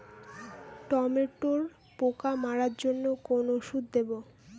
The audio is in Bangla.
টমেটোর পোকা মারার জন্য কোন ওষুধ দেব?